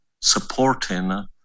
supporting